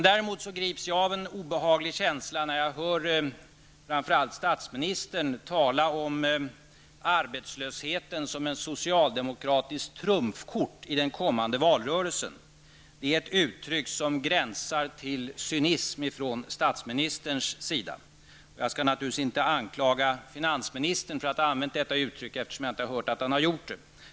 Däremot grips jag av en obehaglig känsla när jag hör statsministern tala om arbetslösheten som ett socialdemokratiskt trumfkort i den kommande valrörelsen. Det är ett uttryck som gränsar till cynism från statsministerns sida. Jag skall naturligtvis inte anklaga finansministern för att ha använt detta uttryck, eftersom jag inte har hört att han har gjort det.